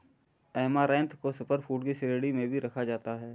amaranth को super food की श्रेणी में भी रखा जाता है